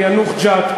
ביאנוח-ג'ת,